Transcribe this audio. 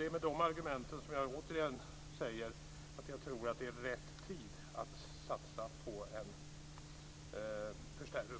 Det är med dessa argument som jag återigen säger att jag tror att det är rätt tid att satsa på en